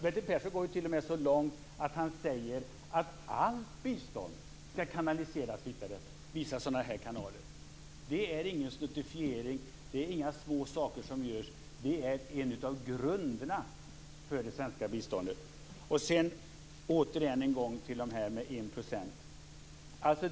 Bertil Persson går t.o.m. så långt att han säger att allt bistånd skall kanaliseras via sådana här kanaler. Det är ingen snuttifiering, det är inga små saker som görs. Det är en av grunderna för det svenska biståndet. Återigen till enprocentsmålet.